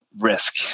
risk